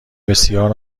بسیار